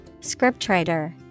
scriptwriter